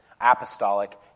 apostolic